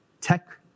tech